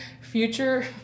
future